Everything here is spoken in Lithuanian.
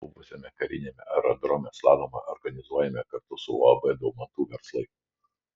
buvusiame kariniame aerodrome slalomą organizuojame kartu su uab daumantų verslai